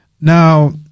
Now